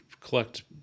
collect